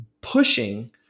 pushing